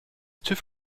tüv